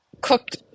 cooked